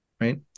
right